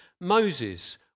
Moses